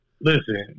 listen